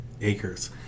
acres